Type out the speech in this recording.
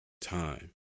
time